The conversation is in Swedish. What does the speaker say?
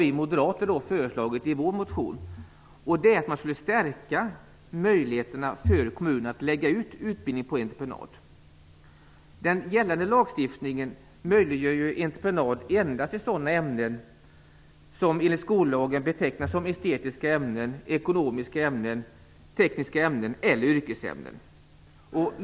Vi moderater har i vår motion föreslagit en lösning på detta problem, nämligen att möjligheterna för kommunerna att lägga ut utbildning på entreprenad skall stärkas. Den gällande lagstiftningen möjliggör detta endast i sådana ämnen som enligt skollagen betecknas som estetiska, ekonomiska, tekniska eller yrkesinriktade.